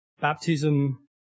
baptism